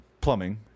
plumbing